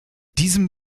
diesem